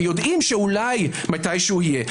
כי יודעים שמתישהו יהיה.